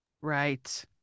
Right